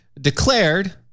declared